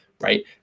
right